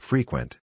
Frequent